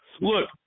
Look